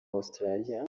australia